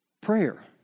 Prayer